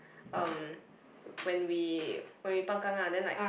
um when we when we pang kang ah then like